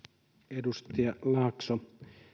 edustaja laakso